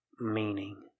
meaning